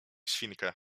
świnkę